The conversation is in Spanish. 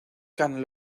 can